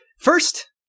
First